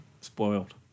spoiled